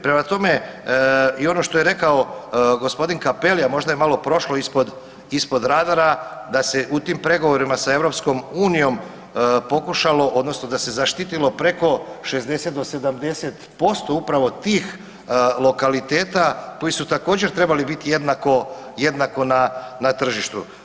Prema tome i ono što rekao gospodin Cappelli, a možda je malo prošlo ispod, ispod radara da se u tim pregovorima sa EU pokušalo odnosno da se zaštitilo preko 60 do 70% upravo tih lokaliteta koji su također trebali biti jednako, jednako na tržištu.